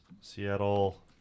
Seattle